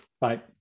Bye